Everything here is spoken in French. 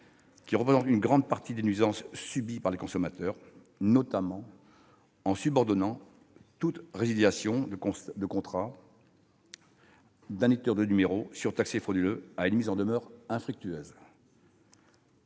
qui représentent une grande partie des nuisances subies par les consommateurs, notamment en subordonnant toute résiliation de contrat d'un éditeur de numéro surtaxé frauduleux à une mise en demeure infructueuse.